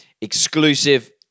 exclusive